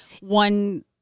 one